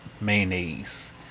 mayonnaise